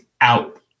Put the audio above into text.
out